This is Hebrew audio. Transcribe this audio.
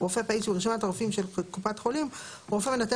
"רופא פעיל ברשימת הרופאים של קופת חולים" רופא מנתח